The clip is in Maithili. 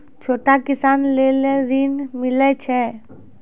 छोटा किसान लेल ॠन मिलय छै?